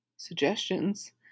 suggestions